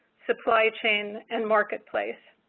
supply chain and marketplace.